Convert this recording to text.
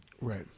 Right